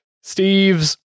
Steve's